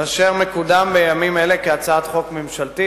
ואשר מקודם בימים אלו כהצעת חוק ממשלתית.